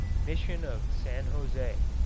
mission of san jose